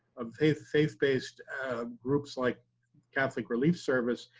um faith faith based groups like catholic relief service,